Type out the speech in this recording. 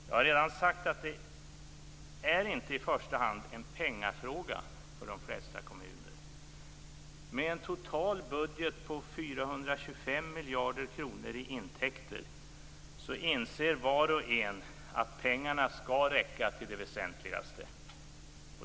Jag har redan sagt att detta för de flesta kommuner inte i första hand är en pengafråga. Med en total budget på 425 miljarder kronor i intäkter inser var och en att pengarna skall räcka till det väsentligaste.